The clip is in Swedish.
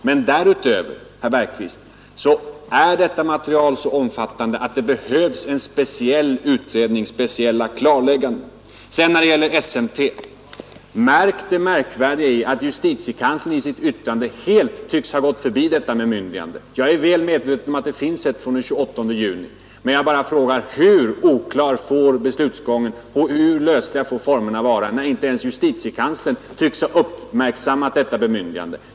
Men därutöver, herr Bergqvist, är detta material så omfattande att det behövs en speciell utredning och speciella klarlägganden. När det gäller SMT vill jag säga: Observera det märkvärdiga i att justitiekanslern i sitt yttrande helt tycks ha gått förbi bemyndigandet från den 28 juni. Jag är väl medveten om att det finns, men jag bara frågar: Hur oklar får beslutsgången vara och hur lösliga får formerna vara, när inte ens justitiekanslern tycks ha uppmärksammat detta bemyndigande?